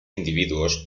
individuos